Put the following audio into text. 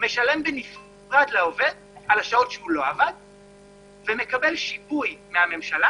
משלם בנפרד לעובד על השעות שהוא לא עבד ומקבל שיפוי מהממשלה,